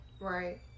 Right